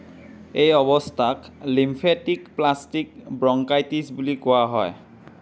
এই অৱস্থাক lymphatic plastic bronchitis বুলি কোৱা হয়